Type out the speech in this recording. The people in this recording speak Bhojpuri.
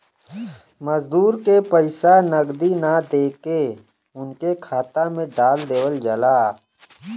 मजूरन के पइसा नगदी ना देके उनके खाता में डाल देवल जाला